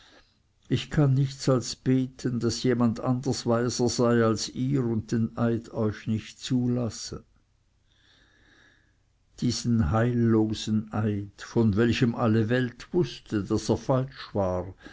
ich kann nichts als beten daß jemand anders weiser sei als ihr und den eid euch nicht zulasse diesen heillosen eid von welchem alle welt wußte daß er falsch war